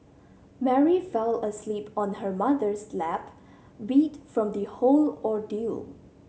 Mary fell asleep on her mother's lap beat from the whole ordeal